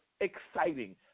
exciting